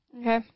Okay